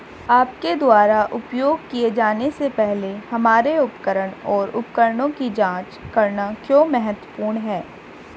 आपके द्वारा उपयोग किए जाने से पहले हमारे उपकरण और उपकरणों की जांच करना क्यों महत्वपूर्ण है?